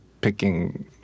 picking